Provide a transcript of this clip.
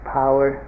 power